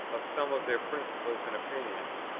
of some of their principles and opinions,